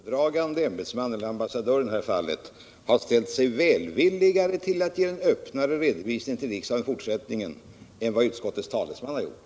Herr talman! Jag konstaterar att den föredragande ämbetsmannen, eller ambassadören i det här fallet, har ställt sig välvilligare till att i fortsättningen ge en öppnare redovisning i riksdagen än vad utskottets talesman har gjort.